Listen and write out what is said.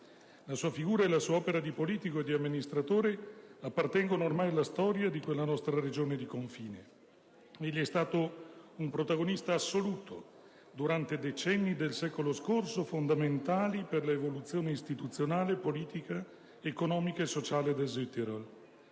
La sua figura e la sua opera di politico e di amministratore appartengono ormai alla storia di quella nostra Regione di confine: egli è stato un protagonista assoluto, durante decenni del secolo scorso fondamentali per l'evoluzione istituzionale, politica, economica e sociale del Südtirol.